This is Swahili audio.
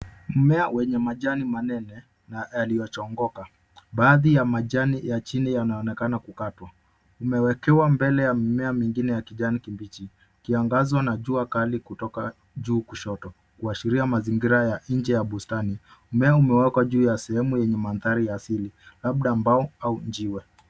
Mmea wenye majani manene na yalichongoka. Baadhi ya majani ya chini yanaonekana kukatwa. Imewekewa mbele ya mmea mwingine ya kijani kibichi ikiangazwa na jua kali kutoka juu kushoto kuashiria mazingira ya nje ya bustani. Mmea umewekwa juu ya sehemu yenye mandhari ya asili labda mbao au jiwe.